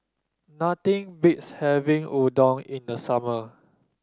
nothing beats having Udon in the summer